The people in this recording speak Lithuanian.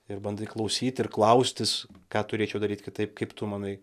ir bandai klausyt ir klaustis ką turėčiau daryt kitaip kaip tu manai